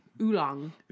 Oolong